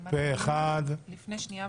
אני יכולה להקריא.